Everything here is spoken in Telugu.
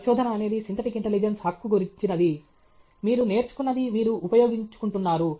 పరిశోధన అనేది సింథటిక్ ఇంటెలిజెన్స్ హక్కు గురించినది మీరు నేర్చుకున్నది మీరు ఉపయోగించుకుంటున్నారు